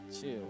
Chill